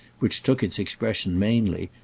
which took its expression mainly,